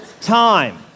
time